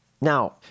Now